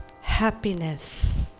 happiness